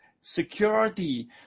security